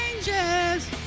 changes